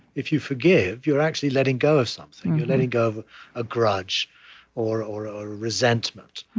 if you forgive, you're actually letting go of something. you're letting go of a grudge or or a resentment.